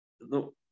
no